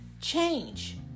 change